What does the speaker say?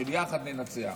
של "יחד ננצח".